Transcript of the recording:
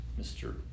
Mr